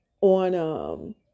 on